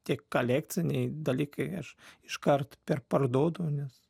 tie kolekciniai dalykai aš iškart perparduodu nes